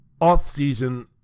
off-season